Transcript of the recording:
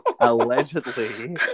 allegedly